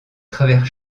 travers